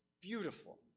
beautiful